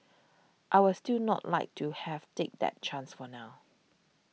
I was still not like to have take that chance for now